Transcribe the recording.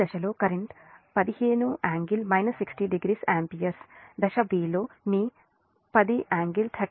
దశలో current 15∟ 60o ampere దశ b లో మీ 10 ∟30o ఆంపియర్